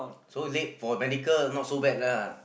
so late for medical not so bad lah